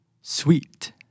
sweet